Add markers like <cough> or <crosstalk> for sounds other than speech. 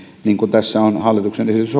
niin kuin tässä on hallituksen esitys <unintelligible>